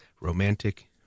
romantic